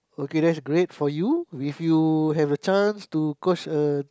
okay that's great for you if you have a chance to coach a